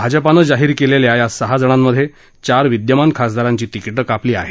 भाजपानं जाहीर केलेल्या या सहा जागांमध्ये चार विद्यमान खासदारांची तिकीटं कापली आहेत